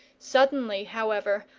suddenly, however,